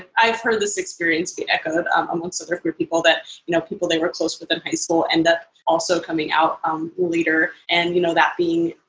i've heard this experience be echoed amongst other queer people that you know people they were close with in high school end up also also coming out um later. and you know that being,